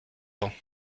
temps